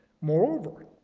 Moreover